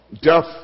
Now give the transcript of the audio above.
death